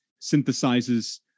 synthesizes